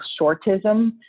shortism